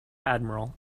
admiral